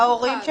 אנחנו